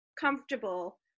comfortable